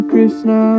Krishna